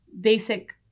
basic